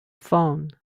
phone